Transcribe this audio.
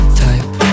type